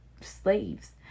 slaves